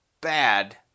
bad